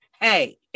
hey